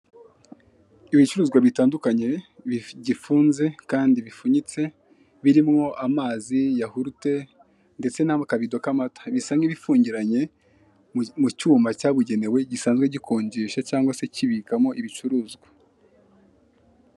Ibicuruzwa bitandukanye bigifunze kandi bifunyitse, birimwo amazi, yahurute ndetse n'akabido k'amata, bisa nk'ibifungiranye mu cyuma cyabugenewe gisanzwe gikonjesha cyangwa se kibikamo ibicuruzwa.